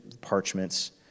parchments